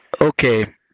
Okay